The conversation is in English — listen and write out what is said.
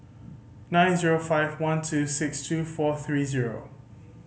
nine zero five one two six two four three zero